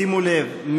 שימו לב,